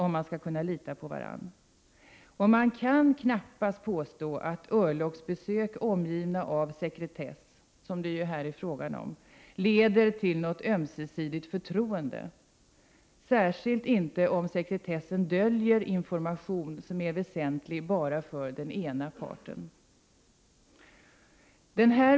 Man kan knappast påstå att örlogsbesök omgivna av sekretess, som det ju här är frågan om, leder till något ömsesidigt förtroende, särskilt inte om sekretessen döljer information som är väsentlig bara för den ena parten.